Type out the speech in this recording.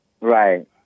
Right